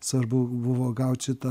svarbu buvo gaut šitą